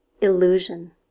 illusion